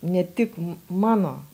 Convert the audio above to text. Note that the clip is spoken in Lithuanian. ne tik mano